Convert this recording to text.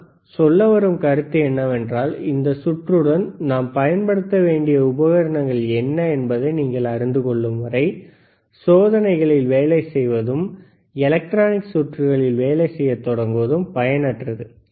நான் சொல்ல வரும் கருத்து என்னவென்றால் இந்த சுற்றுடன் நாம் பயன்படுத்த வேண்டிய உபகரணங்கள் என்ன என்பதை நீங்கள் அறிந்து கொள்ளும் வரை சோதனைகளில் வேலை செய்வதும் எலக்ட்ரானிக்ஸ் சுற்றுகளில் வேலை செய்யத் தொடங்குவதும் பயனற்றது